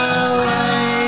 away